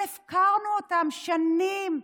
אבל הפקרנו אותן שנים.